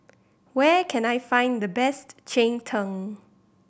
where can I find the best cheng tng